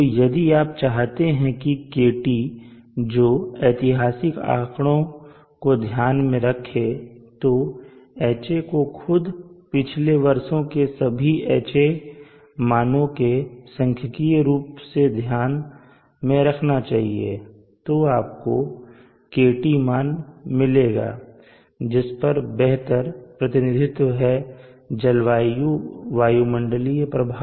तो यदि आप चाहते हैं कि KT जो ऐतिहासिक आंकड़ों को ध्यान में रखे तो Ha को खुद को पिछले वर्षों के सभी Ha मानों के सांख्यिकीय रूप से ध्यान में रखना चाहिए तो आपको KT मान मिलेगा जिस पर बेहतर प्रतिनिधित्व है जलवायु वायुमंडलीय प्रभाव